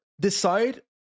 decide